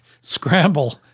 scramble